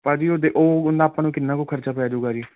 ਭਾਅ ਜੀ ਉਹ ਹੁੰਦਾ ਆਪਾਂ ਨੂੰ ਕਿੰਨਾ ਕੁ ਖਰਚਾ ਪੈ ਜਾਵੇਗਾ ਜੀ